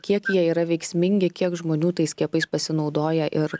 kiek jie yra veiksmingi kiek žmonių tai skiepais pasinaudoja ir